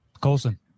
Colson